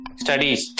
studies